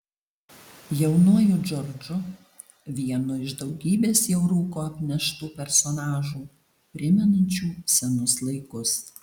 jaunuoju džordžu vienu iš daugybės jau rūko apneštų personažų primenančių senus laikus